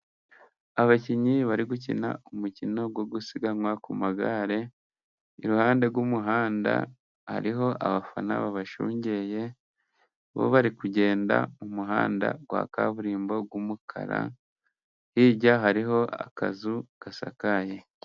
Abakinnyi bari gukina umukino wo gusiganwa ku magare, iruhande rw'umuhanda hariho abafana bashungeye, bo bari kugenda mu muhanda wa kaburimbo w'umukara, hirya hariho akazu gasakaye.